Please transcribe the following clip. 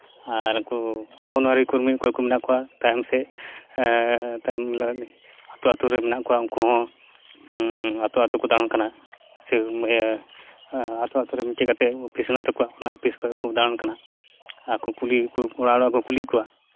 ᱟᱨ ᱠᱚ ᱚᱝᱜᱚᱱᱳᱣᱟᱲᱤ ᱠᱨᱚᱢᱤ ᱚᱠᱚᱭ ᱠᱚ ᱢᱮᱱᱟᱜ ᱠᱚᱣᱟ ᱛᱟᱭᱚᱢ ᱥᱮᱫ ᱛᱟᱭᱚᱢ ᱟᱹᱛᱩ ᱟᱹᱛᱩ ᱨᱮ ᱢᱮᱱᱟᱜ ᱠᱚᱣᱟ ᱩᱱᱠᱩ ᱦᱚᱸ ᱟᱹᱛᱩ ᱟᱹᱛᱩ ᱠᱚ ᱫᱟᱬᱟᱱ ᱠᱟᱱᱟ ᱥᱮ ᱟᱹᱛᱩ ᱟᱹᱛᱩ ᱨᱮ ᱢᱤᱫᱴᱮᱱ ᱠᱟᱛᱮᱫ ᱚᱯᱷᱤᱥ ᱢᱮᱱᱟᱜ ᱛᱟᱠᱚᱣᱟ ᱚᱱᱟ ᱚᱯᱷᱤᱥ ᱠᱷᱚᱡ ᱦᱚᱸᱠᱚ ᱫᱟᱬᱟᱱ ᱠᱟᱱᱟ ᱟᱨᱠᱚ ᱠᱩᱞᱤ ᱚᱲᱟᱜ ᱚᱲᱟᱜ ᱠᱚ ᱠᱩᱞᱤᱭᱮᱫ ᱠᱚᱣᱟ